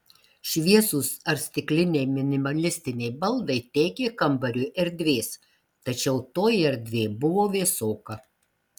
šviesūs ar stikliniai minimalistiniai baldai teikė kambariui erdvės tačiau toji erdvė buvo vėsoka